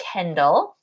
Kendall